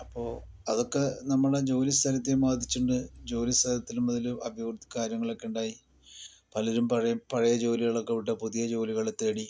അപ്പോൾ അതൊക്കെ നമ്മുടെ ജോലി സ്ഥലത്തേയും ബാധിച്ചിട്ടുണ്ട് ജോലി സ്ഥലത്തിലും അതിൽ അതേപോലത്തെ കാര്യങ്ങളൊക്കെ ഉണ്ടായി പലരും പഴ പഴയ ജോലികളൊക്കെ വിട്ട് പുതിയ ജോലികൾ തേടി